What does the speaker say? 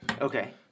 okay